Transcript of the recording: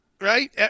right